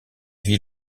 vie